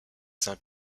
saint